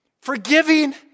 forgiving